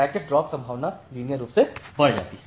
packets drop संभावना linear रूप से बढ़ जाती है